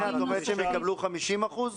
שהם יקבלו 50%?